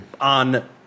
on